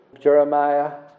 Jeremiah